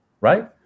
right